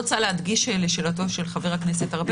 להדגיש לשאלתו של חבר הכנסת ארבל